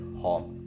home